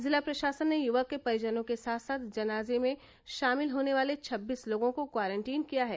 जिला प्रशासन ने युवक के परिजनों के साथ साथ जनाजे में शामिल होने वाले छब्बीस लोगों को भी क्वारटीन किया है